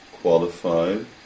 Qualified